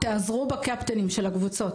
תיעזרו בקפטנים של הקבוצות.